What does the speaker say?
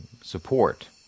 support